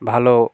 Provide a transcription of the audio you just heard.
ভালো